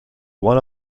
one